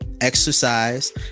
exercise